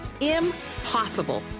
Impossible